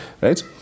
right